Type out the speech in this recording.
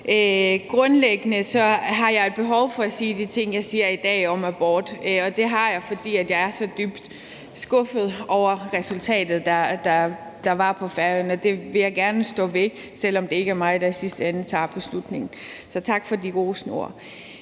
Grundlæggende har jeg et behov for at sige de ting, jeg siger i dag, om abort, og det har jeg, fordi jeg er så dybt skuffet over resultatet, der var på Færøerne. Det vil jeg gerne stå ved, selv om det ikke er mig, der i sidste ende tager beslutningen. Så tak for de rosende